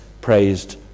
praised